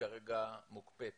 כרגע מוקפאת